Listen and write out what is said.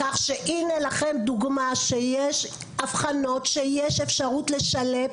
כך שהנה לכם, דוגמה שיש אבחנות ויש אפשרות לשלב.